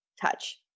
touch